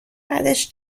بعدش